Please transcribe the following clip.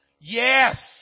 Yes